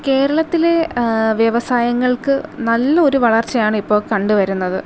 കേരളത്തിലെ വിവസായങ്ങൾക്ക് നല്ല ഒരു വളർച്ചയാണ് ഇപ്പോൾ കണ്ടുവരുന്നത്